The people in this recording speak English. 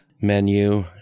menu